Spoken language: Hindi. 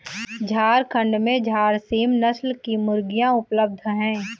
झारखण्ड में झारसीम नस्ल की मुर्गियाँ उपलब्ध है